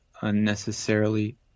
unnecessarily